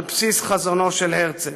על בסיס חזונו של הרצל.